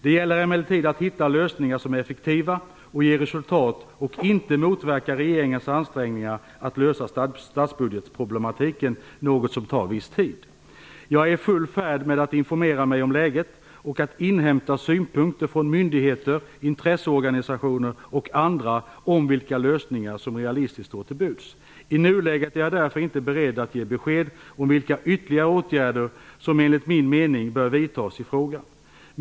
Det gäller emellertid att hitta lösningar som är effektiva och ger resultat och inte motverkar regeringens ansträngningar att lösa statsbudgetproblematiken, något som tar viss tid. Jag är i full färd med att informera mig om läget och att inhämta synpunkter från myndigheter, intresseorganisationer och andra om vilka lösningar som realistiskt står till buds. I nuläget är jag därför inte beredd att ge besked om vilka ytterligare åtgärder som enligt min mening bör vidtas i frågan.